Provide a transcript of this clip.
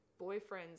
boyfriends